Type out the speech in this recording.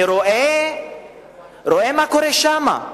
אני רואה מה קורה שם,